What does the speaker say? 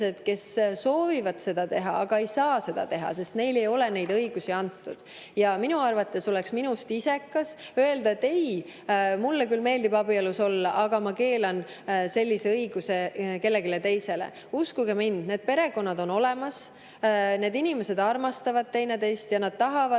kes soovivad seda teha, aga nad ei saa seda teha, sest neile ei ole neid õigusi antud. Minu arvates oleks minust isekas öelda, et ei, mulle küll meeldib abielus olla, aga ma keelan sellise õiguse kellelegi teisele. Uskuge mind, need perekonnad on olemas, need inimesed armastavad teineteist ja nad tahavad